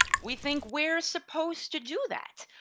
we think we're supposed to do that,